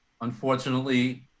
unfortunately